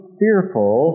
fearful